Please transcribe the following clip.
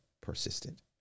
persistent